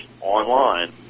online